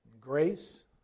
grace